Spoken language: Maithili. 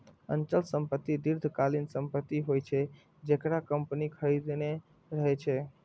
अचल संपत्ति दीर्घकालीन संपत्ति होइ छै, जेकरा कंपनी खरीदने रहै छै